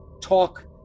talk